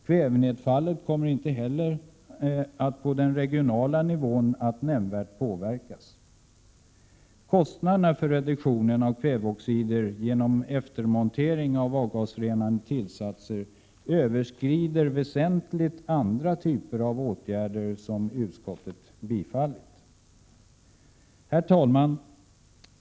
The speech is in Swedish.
Kvävenedfallet kommer inte heller på den regionala nivån att påverkas nämnvärt. Kostnaderna för reduktionen av kväveoxider genom eftermontering av avgasrenande tillsatser överskrider väsentligt andra typer av åtgärder som utskottet tillstyrkt. Herr talman!